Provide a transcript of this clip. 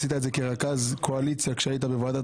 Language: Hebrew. עשית את זה כרכז קואליציה כשהיית בוועדת